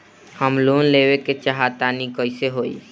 हम लोन लेवल चाह तानि कइसे होई?